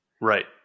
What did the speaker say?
Right